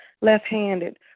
left-handed